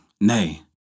Nay